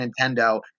Nintendo